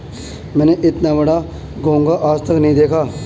मैंने इतना बड़ा घोंघा आज तक नही देखा है